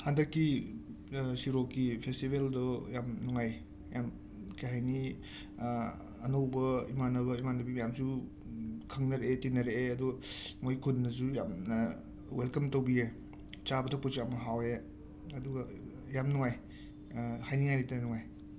ꯍꯟꯗꯛꯛꯤ ꯁꯤꯔꯣꯛꯀꯤ ꯐꯦꯁꯇꯤꯕꯦꯜꯗꯣ ꯌꯥꯝ ꯅꯨꯡꯉꯥꯏ ꯌꯥꯝ ꯀꯩ ꯍꯥꯏꯅꯤ ꯑꯅꯧꯕ ꯏꯃꯥꯟꯅꯕ ꯏꯃꯥꯟꯅꯕꯤ ꯃꯌꯥꯝꯖꯨ ꯈꯪꯅꯔꯛꯑꯦ ꯇꯤꯟꯅꯔꯛꯑꯦ ꯑꯗꯣ ꯃꯣꯏ ꯈꯨꯟꯗꯨꯖꯨ ꯌꯥꯝꯅ ꯋꯦꯜꯀꯝ ꯇꯧꯕꯤꯌꯦ ꯆꯥꯕ ꯊꯛꯄꯁꯨ ꯌꯥꯝ ꯍꯥꯎꯋꯦ ꯑꯗꯨꯒ ꯌꯥꯝ ꯅꯨꯡꯉꯥꯏ ꯍꯥꯏꯅꯤꯉꯥꯏ ꯂꯩꯇꯅ ꯅꯨꯡꯉꯥꯏ